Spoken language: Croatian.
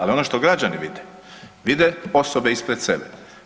Ali ono što građani vide, vide osobe ispred sebe.